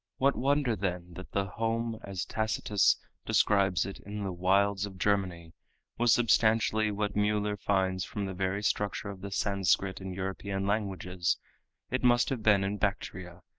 what wonder, then, that the home as tacitus describes it in the wilds of germany was substantially what mueller finds from the very structure of the sanscrit and european languages it must have been in bactria,